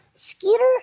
Skeeter